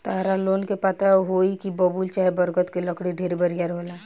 ताहरा लोग के पता होई की बबूल चाहे बरगद के लकड़ी ढेरे बरियार होला